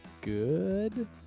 good